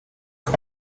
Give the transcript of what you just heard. off